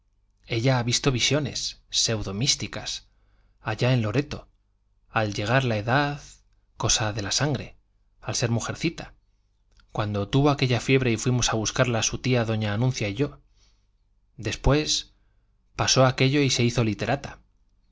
ella ha visto visiones pseudo místicas allá en loreto al llegar la edad cosa de la sangre al ser mujercita cuando tuvo aquella fiebre y fuimos a buscarla su tía doña anuncia y yo después pasó aquello y se hizo literata